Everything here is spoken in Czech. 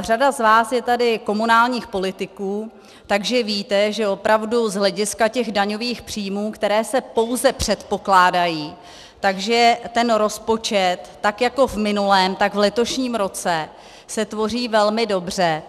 Řada z vás je tady komunálních politiků, takže víte, že opravdu z hlediska těch daňových příjmů, které se pouze předpokládají, ten rozpočet tak jako v minulém, tak v letošním roce se tvoří velmi dobře